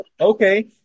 Okay